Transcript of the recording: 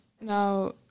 now